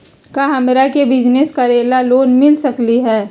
का हमरा के बिजनेस करेला लोन मिल सकलई ह?